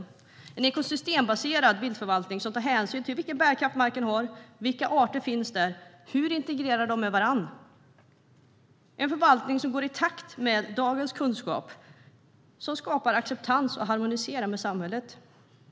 Vi ska ha en ekosystembaserad viltförvaltning som tar hänsyn till vilken bärkraft marken har, vilka arter som finns där och hur de integrerar med varandra. Det ska vara en förvaltning som går i takt med dagens kunskap, skapar acceptans och harmoniserar med samhället.